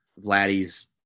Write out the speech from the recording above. Vladdy's